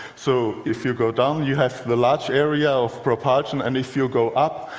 so if you go down, you have the large area of propulsion, and if you go up,